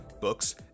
books